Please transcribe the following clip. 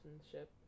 citizenship